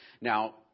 Now